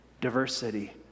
Diversity